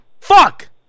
Fuck